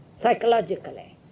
psychologically